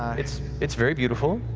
it's it's very beautiful.